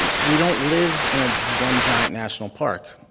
and we don't live in ah one giant national park.